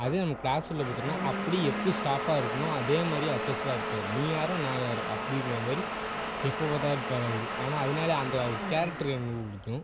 அதே நம்ம கிளாஸுகுள்ள போய்விட்டோன்னா அப்படியே எப்படி ஸ்டாஃப்பாக இருக்கணும் அதேமாதிரி அச்சு அசலாக இருப்பார் நீ யாரோ நான் யாரோ அப்படிங்கற மாதிரி எப்போவாது இருப்பார் அவரு ஆனால் அதனாலே அந்த அவரு கேரட்டரு எனக்கு ரொம்ப பிடிக்கும்